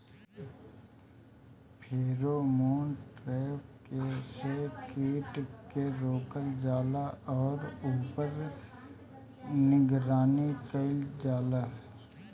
Pheromone trap से कीट के रोकल जाला और ऊपर निगरानी कइल जाला?